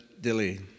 delay